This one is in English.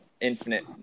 infinite